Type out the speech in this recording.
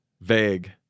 Vague